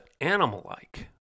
animal-like